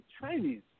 Chinese